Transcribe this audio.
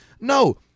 no